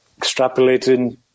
extrapolating